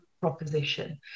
Proposition